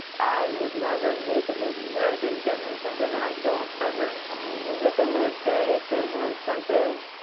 i would never make a movie where i didn't get an incentive, and i don't ever intend to. but at the end of the day, if there's an incentive.